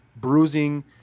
bruising